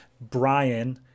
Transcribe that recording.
Brian